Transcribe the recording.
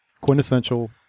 Quintessential